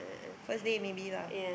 first day maybe lah